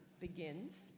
begins